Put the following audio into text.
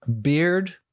Beard